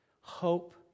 Hope